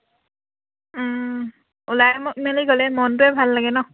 ওলাই ম মেলি গ'লে মনটোৱে ভাল লাগে নহ্